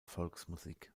volksmusik